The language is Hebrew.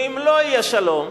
ואם לא יהיה שלום,